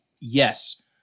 Yes